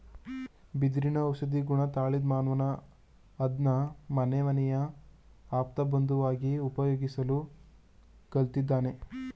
ಬಿದಿರಿನ ಔಷಧೀಗುಣ ತಿಳಿದ್ಮಾನವ ಅದ್ನ ಮನೆಮನೆಯ ಆಪ್ತಬಂಧುವಾಗಿ ಉಪಯೋಗಿಸ್ಲು ಕಲ್ತಿದ್ದಾನೆ